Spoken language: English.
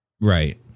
Right